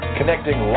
Connecting